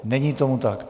Není tomu tak.